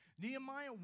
Nehemiah